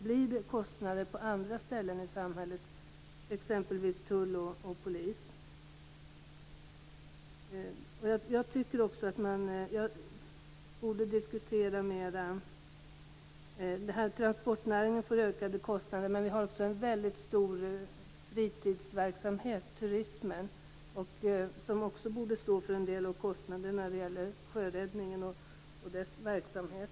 Blir det kostnader på andra ställen i samhället, exempelvis tull och polis? Transportnäringen får ökade kostnader. Men vi har en väldigt stor fritidsverksamhet, turismen, som också borde stå för en del av kostnaderna för sjöräddningen och dess verksamhet.